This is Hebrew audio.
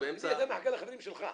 אתה מחכה לחברים שלך.